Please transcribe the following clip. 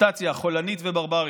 מוטציה חולנית וברברית.